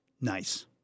nice